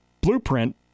blueprint